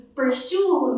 pursue